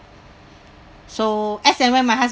so as and when my husband